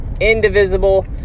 indivisible